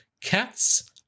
Cats